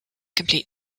complete